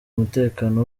umutekano